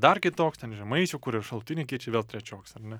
dar kitoks ten žemaičių kur yra šalutiniai kirčiai vėl trečioks ar ne